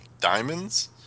Diamonds